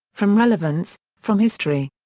from relevance, from history.